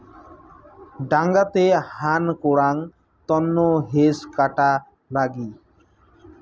ডাঙাতে হান করাং তন্ন হেজ কাটা লাগি